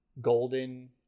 golden